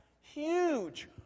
huge